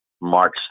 March